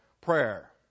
prayer